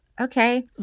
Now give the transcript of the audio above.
okay